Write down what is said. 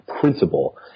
principle